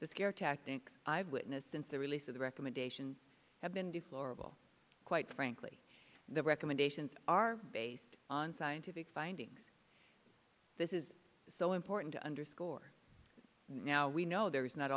the scare tactics i've witnessed since the release of the recommendations have been disloyal quite frankly the recommendations are based on scientific findings this is so important to underscore now we know there is not